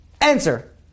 Answer